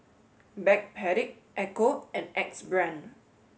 Backpedic Ecco and Axe Brand